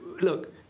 look